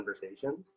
conversations